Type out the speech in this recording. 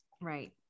Right